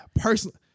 personally